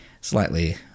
Slightly